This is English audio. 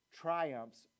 triumphs